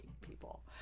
people